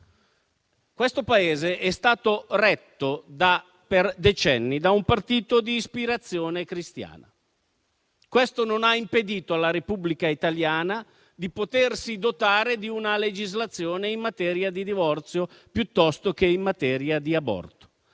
Questo Paese è stato retto per decenni da un partito di ispirazione cristiana, ma ciò non ha impedito alla Repubblica italiana di potersi dotare di una legislazione in materia di divorzio o di aborto,